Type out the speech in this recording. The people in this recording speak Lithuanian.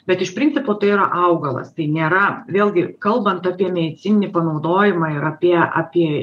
bet iš principo tai yra augalas tai nėra vėlgi kalbant apie medicininį panaudojimą ir apie apie